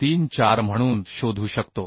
534 म्हणून शोधू शकतो